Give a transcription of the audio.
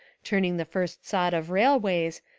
turn ing the first sod of railways,